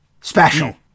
special